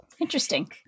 Interesting